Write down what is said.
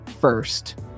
first